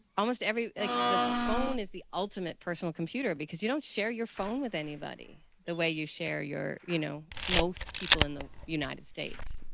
almost every this phone is the ultimate personal computer because you don't share your phone with anybody the way you share your, you know, most people in the united states,